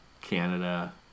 Canada